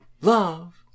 love